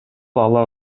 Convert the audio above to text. ала